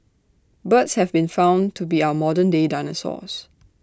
birds have been found to be our modern day dinosaurs